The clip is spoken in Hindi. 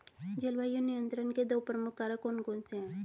जलवायु नियंत्रण के दो प्रमुख कारक कौन से हैं?